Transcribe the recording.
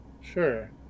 Sure